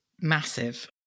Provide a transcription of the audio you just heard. massive